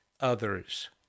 others